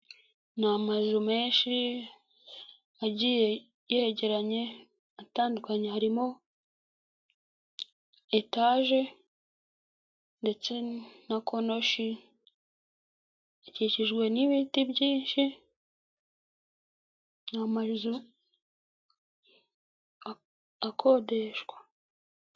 Ni amazu menshi agiye yegeranye atandukanye harimo etage ndetse na konoshi ikikijwe n'ibiti byinshi ni amazu akodeshwa.